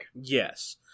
Yes